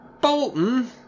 Bolton